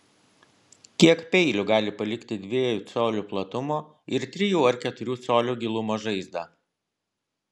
kiek peilių gali palikti dviejų colių platumo ir trijų ar keturių colių gilumo žaizdą